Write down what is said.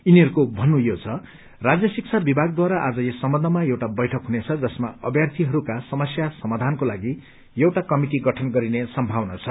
यिनीहरूको भन्नु यो छ राज्य शिक्षा विभागद्वारा आज यस सम्बन्धमा एउटा बैठक हुनेछ जसमा अभ्यार्थीहरूका समस्याहरूको सामाधानको लागि एउटा कमिटि गठन गरिने सम्भावना छ